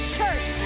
Church